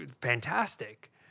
fantastic